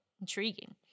Intriguing